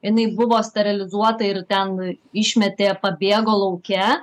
jinai buvo sterilizuota ir ten išmetė pabėgo lauke